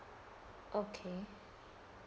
okay